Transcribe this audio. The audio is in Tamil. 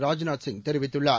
ராஜ்நாத் சிங் தெரிவித்துள்ளார்